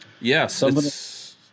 Yes